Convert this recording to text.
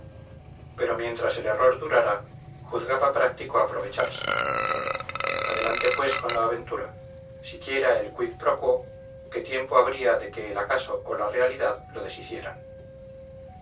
pero mientras el error durara juzgaba práctico aprovecharse adelante pues con la aventura siguiera el quid pro quo que tiempo habría de que el acaso o la realidad lo deshicieran